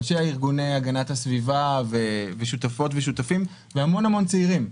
אנשי ארגוני הגנת הסביבה ושותפות ושותפים והמון המון צעירים.